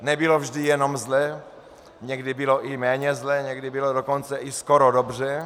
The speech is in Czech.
Nebylo vždy jenom zle, někdy bylo i méně zle, někdy bylo dokonce i skoro dobře.